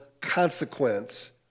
consequence